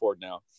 now